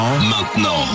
Maintenant